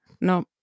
No